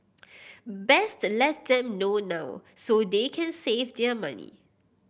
best let them know now so they can save their money